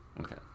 Okay